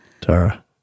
Tara